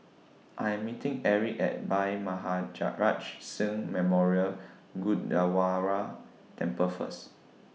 I Am meeting Erik At Bhai Maharaj Singh Memorial Gurdwara Temple First